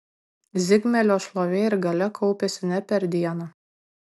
zigmelio šlovė ir galia kaupėsi ne per dieną